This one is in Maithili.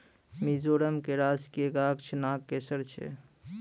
मिजोरम के राजकीय गाछ नागकेशर छै